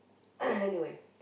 anyway